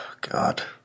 God